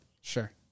sure